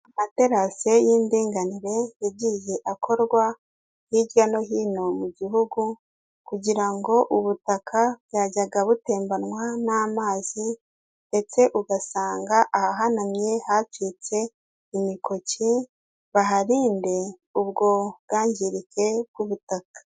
Amaterasi y'indinganire yagiye akorwa hirya no hino mu gihugu, kugira ngo ubutaka bwajyaga butembanwa n'amazi ndetse ugasanga ahahanamye hacitse imikoki, baharinde ubwo bwangirike bw'ubutaka.